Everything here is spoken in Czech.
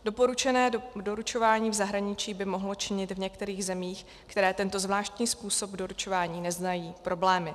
Doporučené doručování v zahraničí by mohlo činit v některých zemích, které tento zvláštní způsob doručování neznají, problémy.